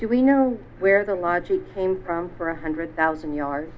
do we know where the largely came from for a hundred thousand yard